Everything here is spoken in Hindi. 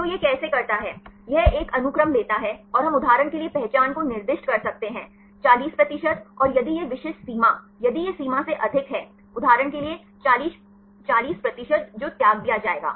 तो यह कैसे करता है यह एक अनुक्रम लेता है और हम उदाहरण के लिए पहचान को निर्दिष्ट कर सकते हैं 40 प्रतिशत और यदि यह विशिष्ट सीमा यदि यह सीमा से अधिक है उदाहरण के लिए 40 प्रतिशत जो त्याग दिया जाएगा